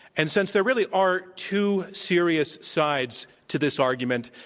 and since there really are two serious sides to this argument,